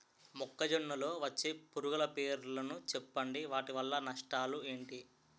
మొక్కజొన్న లో వచ్చే పురుగుల పేర్లను చెప్పండి? వాటి వల్ల నష్టాలు ఎంటి?